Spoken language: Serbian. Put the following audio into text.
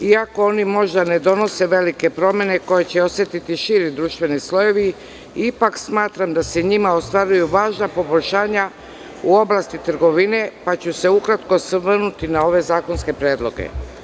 Iako oni možda ne donose velike promene koje će osetiti širi društveni slojevi, ipak smatram da se njima ostvaruju važna poboljšanja u oblasti trgovine, pa ću se ukratko osvrnuti na ove zakonske predloge.